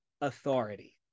authority